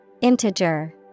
Integer